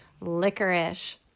licorice